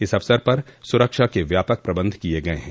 इस अवसर पर सुरक्षा के व्यापक प्रबंध किये गये हैं